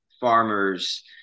farmers